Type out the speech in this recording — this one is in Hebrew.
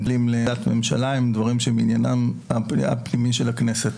הדברים שאינם עולים לעמדת ממשלה הם דברים שהם עניינם הפנימי של הכנסת.